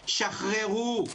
שחררו,